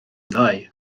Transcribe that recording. ddoe